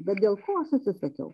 bet dėl ko aš atsisakiau